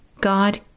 God